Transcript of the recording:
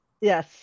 Yes